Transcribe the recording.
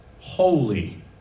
holy